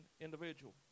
individual